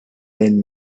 been